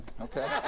okay